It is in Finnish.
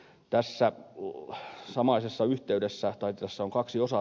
tässä laissa on kaksi osaa